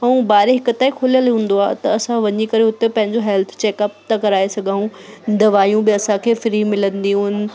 ऐं ॿारहें हिकु ताईं खुलियल हूंदो आहे त असां वञी करे उते पंहिंजो हैल्थ चैकअप त कराए सघऊं दवायूं बि असांखे फ्री मिलंदी हुई